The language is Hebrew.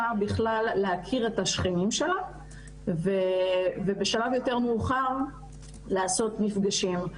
בכלל להכיר את השכנים שלה ובשלב יותר מאוחר לעשות מפגשים.